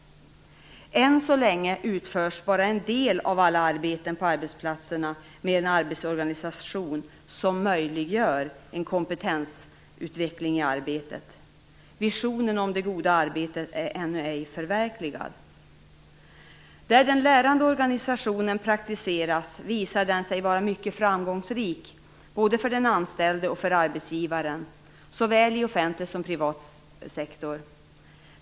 Än så länge utförs bara en del av alla arbeten på arbetsplatserna med en arbetsorganisation som möjliggör en kompetensutveckling i arbetet. Visionen om det goda arbetet är ännu ej förverkligad. Där den lärande organisationen praktiseras visar den sig vara mycket framgångsrik både för den anställde och för arbetsgivaren, såväl i offentlig som i privat sektor.